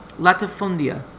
Latifundia